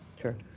Sure